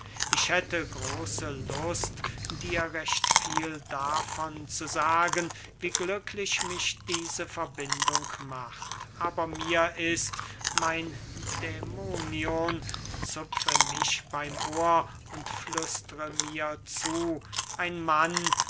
ich hätte große lust dir recht viel davon zu sagen wie glücklich mich diese verbindung macht aber mir ist mein dämonion zupfe mich beym ohr und flüstre mir zu ein mann